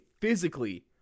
physically